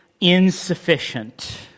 insufficient